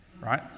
right